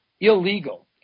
illegal